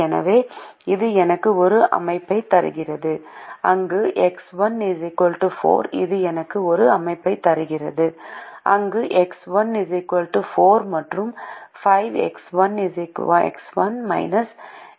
எனவே இது எனக்கு ஒரு அமைப்பைத் தருகிறது அங்கு எக்ஸ் 1 4 இது எனக்கு ஒரு அமைப்பைத் தருகிறது அங்கு எக்ஸ் 1 4 மற்றும் 5 எக்ஸ் 1 எக்ஸ் 4 10